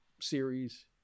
series